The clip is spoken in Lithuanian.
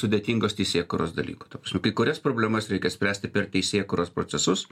sudėtingos teisėkūros dalykų ta prasme kai kurias problemas reikia spręsti per teisėkūros procesus